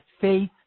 faith